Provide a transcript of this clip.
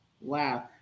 Wow